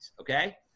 Okay